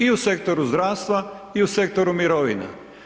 I u sektoru zdravstva i u sektoru mirovina.